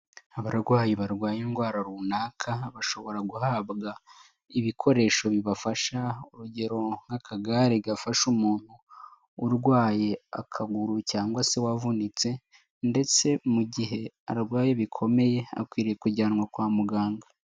Abarwayi barwaye indwara runaka bashobora guhabwa ibikoresho bibafasha, urugero nk'akagare gafasha umuntu urwaye akaguru cyangwa se wavunitse ndetse mu gihe arwaye bikomeye akwiriye kujyanwa kwa muganga.